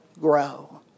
grow